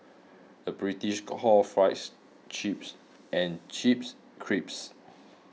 the British calls fries chips and chips crisps